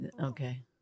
okay